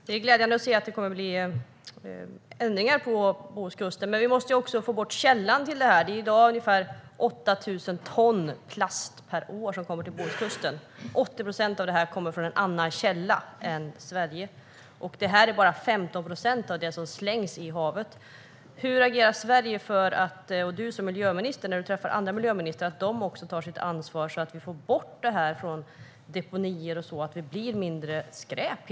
Herr talman! Det är glädjande att det kommer att bli ändringar på Bohuskusten, men vi måste också få bort källan. I dag kommer ungefär 8 000 ton plast per år till Bohuskusten, och av detta kommer 80 procent från en annan källa än Sverige. Detta är bara 15 procent av det som slängs i havet. Hur agerar Sverige och du som miljöminister när du träffar andra miljöministrar för att de ska ta sitt ansvar så att vi får bort deponier och så att det blir mindre skräp?